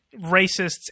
racists